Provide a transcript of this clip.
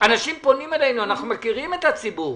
אנשים פונים אלינו, אנחנו מכירים את הציבור.